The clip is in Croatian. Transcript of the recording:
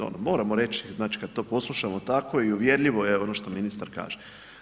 Ono moram reći, znači kada to poslušamo tamo i uvjerljivo je ono što ministar kaže.